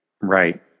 Right